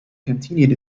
continued